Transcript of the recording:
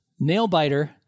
Nailbiter